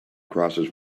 crosses